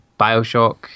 Bioshock